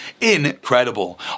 incredible